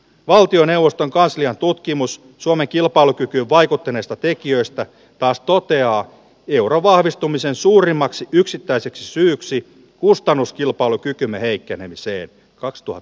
valtioneuvoston kanslian tutkimus suomen kilpailukyky vaikuttaneista tekijöistä taas toteaa euro vahvistumisen suurimmaksi yksittäiseksi syyksi kustannuskilpalukykymme heikkenemiseen kakstuhat